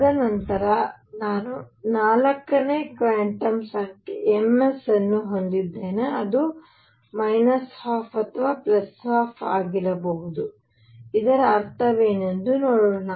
ತದನಂತರ ನಾನು 4 ನೇ ಕ್ವಾಂಟಮ್ ಸಂಖ್ಯೆ ms ಅನ್ನು ಹೊಂದಿದ್ದೇನೆ ಅದು 12 ಅಥವಾ 12 ಆಗಿರಬಹುದು ಇದರ ಅರ್ಥವೇನೆಂದು ನೋಡೋಣ